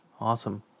Awesome